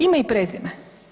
Ime i prezime.